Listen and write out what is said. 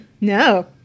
No